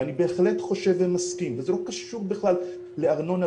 ואני בהחלט חושב ומסכים וזה לא קשור בכלל לארנונה,